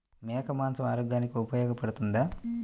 మేక మాంసం ఆరోగ్యానికి ఉపయోగపడుతుందా?